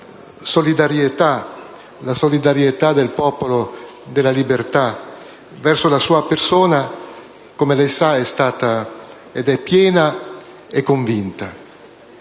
la solidarietà del Popolo della Libertà verso la sua persona, come lei sa, è stata ed è piena e convinta.